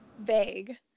vague